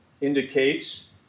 indicates